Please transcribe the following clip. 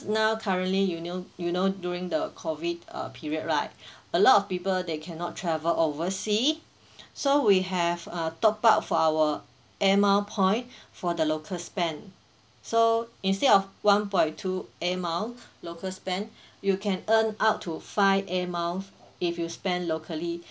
now currently you know you know during the COVID uh period right a lot of people they cannot travel oversea so we have uh top up for our air mile point for the local spent so instead of one point two airmiles local spent you can earn up to five airmiles if you spend locally